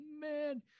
man